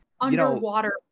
underwater